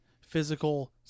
physical